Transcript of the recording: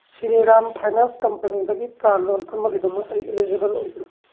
Shriram finance ꯀꯝꯄꯅꯤꯗꯒꯤ car loan ꯑꯃꯒꯤꯗꯃꯛ ꯑꯩ ꯏꯂꯤꯖꯤꯕꯜ ꯑꯣꯏꯕ꯭ꯔꯥ